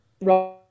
right